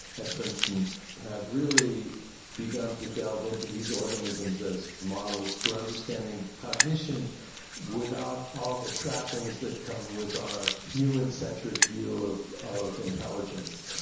at princeton have really begun to delve into these organisms as models for understanding cognition without all the trappings that come with our human-centric view of of intelligence.